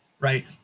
right